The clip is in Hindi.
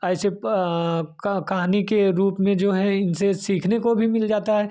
ऐसे प क कहानी के रूप में जो है इनसे सीखने को भी मिल जाता है